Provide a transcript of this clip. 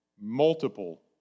Multiple